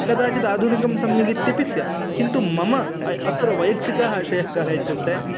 कदाचिदाधुनिकं सम्यगित्यपि स्यात् किन्तु मम अय् अत्र वैयक्तिकः आशयः कः इत्युक्ते